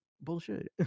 bullshit